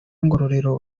ngororero